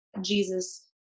Jesus